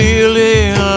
Feeling